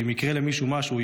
אם יקרה למישהו משהו,